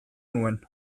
nuen